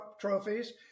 trophies